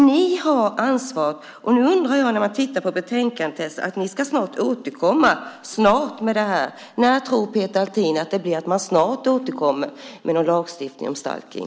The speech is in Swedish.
Ni har ansvar. Man ser av betänkandetexten att ni ska återkomma snart. När tror Peter Althin att man snart återkommer med lagstiftning om stalkning?